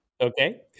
Okay